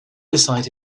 beside